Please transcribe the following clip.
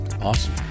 Awesome